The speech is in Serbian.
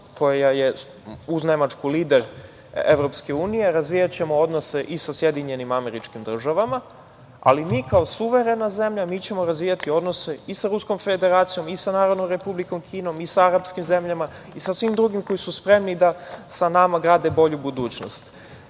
koja je, uz Nemačku, lider EU. Razvijaćemo odnose i sa SAD, ali mi kao suverena zemlja mi ćemo razvijati odnose i sa Ruskom Federacijom i sa Narodnom Republikom Kinom i sa arapskim zemljama i sa svim drugim koji su spremni da sa nama grade bolju budućnost. Moram